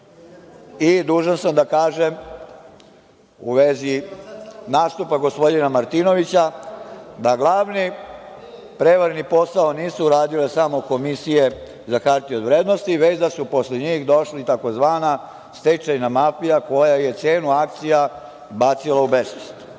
Dužan sam da kažem, u vezi nastupa gospodina Martinovića, da glavni prevarni posao nisu radile samo komisije za hartije od vrednosti, već da je posle njih došla takozvana stečajna mafija koja je cenu akcija bacila u besvest.